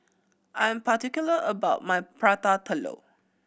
I'm particular about my Prata Telur